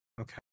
Okay